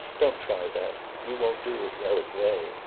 don't try that you won't do as well as they!